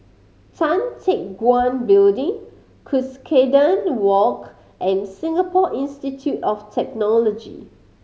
Tan Teck Guan Building Cuscaden Walk and Singapore Institute of Technology